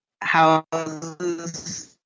houses